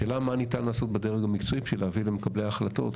השאלה מה ניתן לעשות בדרג המקצועי בשביל להביא למקבלי ההחלטות,